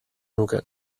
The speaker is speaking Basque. nuke